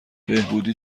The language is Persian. بهبودی